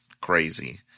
crazy